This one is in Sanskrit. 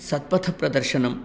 सत्पथप्रदर्शनं